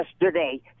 yesterday